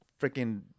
freaking